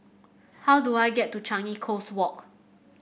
how do I get to Changi Coast Walk